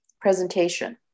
presentation